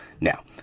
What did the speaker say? Now